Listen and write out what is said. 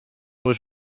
was